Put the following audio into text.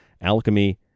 alchemy